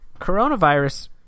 Coronavirus